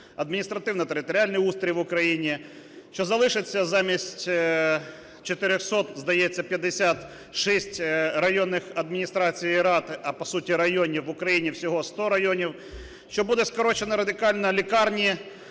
адміністративно-територіальний устрій в Україні, що залишиться замість 400, здається, 56 районних адміністрацій, рад, а по суті, районів в Україні всього 100, районів, що буде скорочено радикально лікарні,